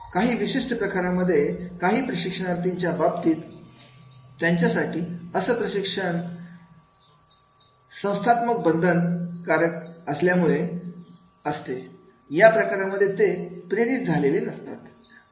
काही विशिष्ट प्रकारांमध्ये काही प्रशिक्षणार्थींच्या बाबतीत त्यांच्यासाठी असं प्रशिक्षण आहे संस्थात्मक बंधनकारक असल्यामुळे असते या प्रकारामध्ये ते प्रेरित झालेले नसतात